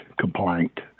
complaint